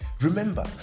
Remember